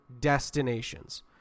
destinations